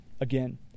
again